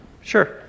Sure